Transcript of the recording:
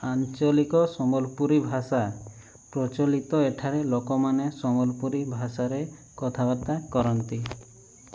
ଆଞ୍ଚଳିକ ସମ୍ବଲପୁରୀ ଭାଷା ପ୍ରଚଳିତ ଏଠାରେ ଲୋକମାନେ ସମ୍ବଲପୁରୀ ଭାଷାରେ କଥାବାର୍ତ୍ତା କରନ୍ତି